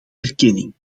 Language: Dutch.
erkenning